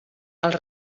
els